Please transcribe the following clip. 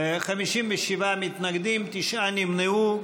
57 מתנגדים, תשעה נמנעו.